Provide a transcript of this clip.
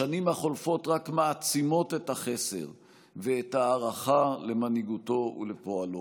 השנים החולפות רק מעצימות את החסר ואת ההערכה למנהיגותו ולפועלו.